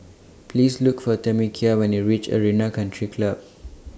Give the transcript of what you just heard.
Please Look For Tamekia when YOU REACH Arena Country Club